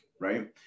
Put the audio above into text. right